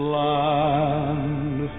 land